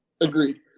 Agreed